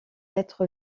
être